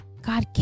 God